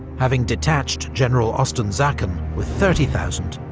having detached general osten-sacken with thirty thousand,